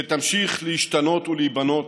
שתמשיך להשתנות ולהיבנות